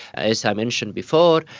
as i mentioned before,